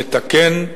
לתקן,